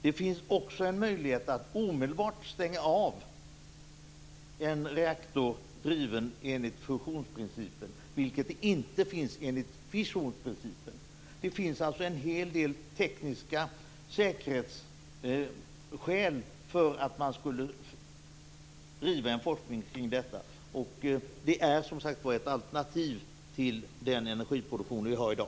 Det finns också en möjlighet att omedelbart stänga av en reaktor driven enligt fusionsprincipen, en möjlighet som inte finns enligt fissionsprincipen. Det finns alltså en hel del tekniska säkerhetsskäl för att man skulle driva en forskning kring detta. Det är, som sagt, ett alternativ till den energiproduktion som vi har i dag.